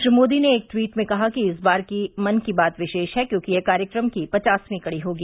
श्री मोदी ने एक ट्वीट में कहा कि इस बार की मन की बात विशेष है क्योंकि यह कार्यक्रम की पचासवीं कड़ी होगी